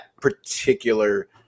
particular